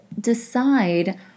decide